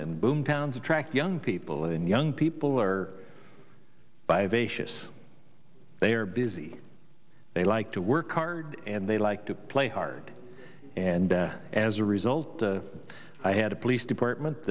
and boom towns attract young people and young people are by vases they are busy they like to work hard and they like to play hard and as a result i had a police department